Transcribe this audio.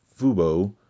Fubo